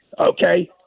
okay